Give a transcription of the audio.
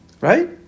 Right